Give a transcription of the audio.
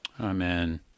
Amen